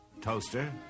toaster